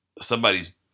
somebody's